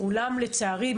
אבל לצערי,